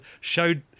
showed